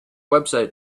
website